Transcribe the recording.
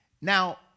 Now